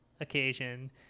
occasion